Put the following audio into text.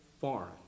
foreign